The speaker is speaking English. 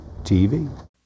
TV